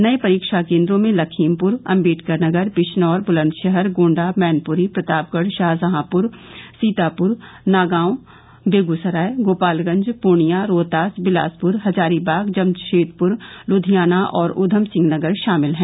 नए परीक्षा केन्द्रों में लखीमपुर अंबेडकरनगर बिजनौर बुलंदशहर गोंडा मैनपुरी प्रतापगढ़ शाहजहांपुर सीतापुर नागांव बेगूसराय गोपालगंज पूर्णिया रोहतास बिलासपुर हजारीबाग जमशेदपुर लुधियाना और उद्यमसिंह नगर शामिल हैं